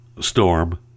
storm